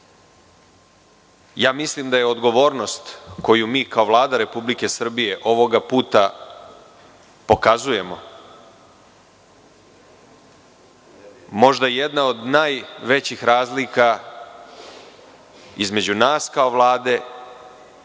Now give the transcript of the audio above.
mesta. Mislim da je odgovornost koju mi kao Vlada Republike Srbije ovog puta pokazujemo možda jedna od najvećih razlika između nas kao Vlade